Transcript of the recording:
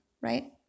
right